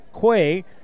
Quay